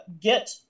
get